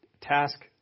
task